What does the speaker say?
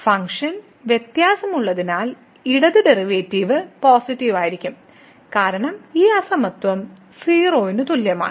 function വ്യത്യാസമുള്ളതിനാൽ ഇടത് ഡെറിവേറ്റീവും പോസിറ്റീവ് ആയിരിക്കും കാരണം ഈ അസമത്വം 0 ന് തുല്യമാണ്